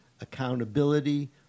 accountability